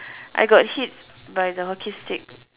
I got hit by the hockey stick